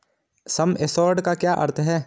सम assured का क्या अर्थ है?